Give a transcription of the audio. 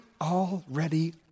already